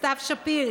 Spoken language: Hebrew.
סתיו שפיר,